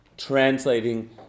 translating